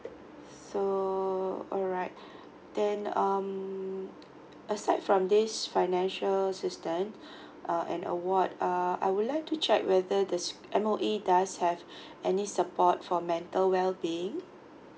so alright then um aside from this financial assistance and award uh I would like to check whether does M_O_E does have any support for mental well being